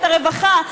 את הרווחה,